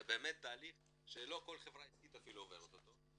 זה באמת תהליך שלא כל חברה עסקית אפילו עוברת אותו,